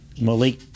Malik